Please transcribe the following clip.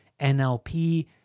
NLP